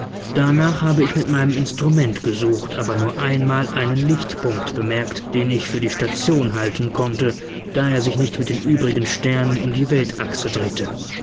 danach habe ich mit meinem instrument gesucht aber nur einmal einen lichtpunkt bemerkt den ich für die station halten konnte da er sich nicht mit den übrigen sternen um die weltachse drehte